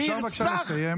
אפשר בבקשה לסיים?